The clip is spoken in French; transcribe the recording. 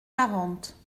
quarante